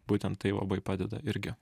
būtent tai labai padeda irgi